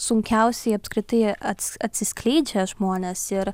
sunkiausiai apskritai ats atsiskleidžia žmonės ir